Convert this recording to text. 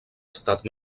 estat